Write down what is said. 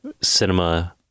cinema